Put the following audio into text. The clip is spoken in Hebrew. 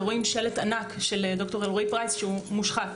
ורואים שלט ענק של דוקטור אלרעי פרייס שמושחת.